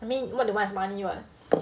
I mean what they want is money [what]